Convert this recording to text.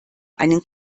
einen